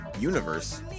universe